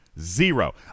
zero